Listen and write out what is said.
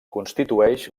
constitueix